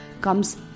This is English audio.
comes